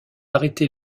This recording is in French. arrêté